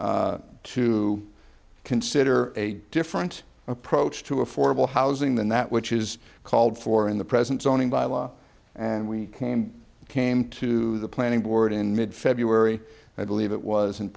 encouraged to consider a different approach to affordable housing than that which is called for in the present zoning bylaw and we came came to the planning board in mid february i believe it was